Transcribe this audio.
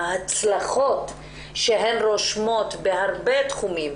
ההצלחות שהן רושמות בהרבה תחומים,